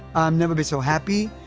never been so happy,